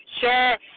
Sure